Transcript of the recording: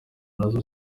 nazo